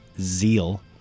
zeal